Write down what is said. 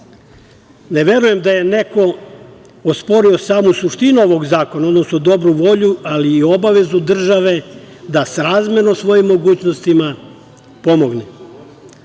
verujem da je neko osporio samu suštinu ovog zakona, odnosno dobru volju, ali i obavezu države da srazmerno svojim mogućnostima pomogne.